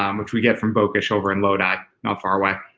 um which we get from bokisch over in lodi not far away.